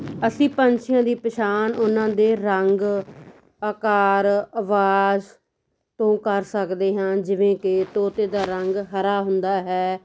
ਅਸੀਂ ਪੰਛੀਆਂ ਦੀ ਪਛਾਣ ਉਹਨਾਂ ਦੇ ਰੰਗ ਆਕਾਰ ਆਵਾਜ਼ ਤੋਂ ਕਰ ਸਕਦੇ ਹਾਂ ਜਿਵੇਂ ਕਿ ਤੋਤੇ ਦਾ ਰੰਗ ਹਰਾ ਹੁੰਦਾ ਹੈ